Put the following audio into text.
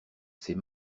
ses